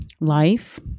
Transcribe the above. life